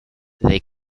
they